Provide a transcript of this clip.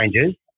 changes